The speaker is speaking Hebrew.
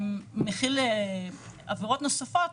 שמכיל עבירות נוספות,